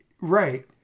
right